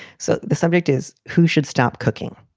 so the subject is who should stop cooking?